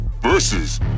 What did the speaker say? versus